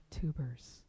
tubers